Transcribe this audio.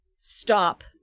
stop